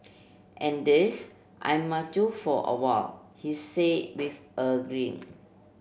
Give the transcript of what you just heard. and this I might do for a while he say with a grin